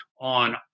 on